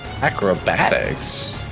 Acrobatics